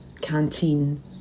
canteen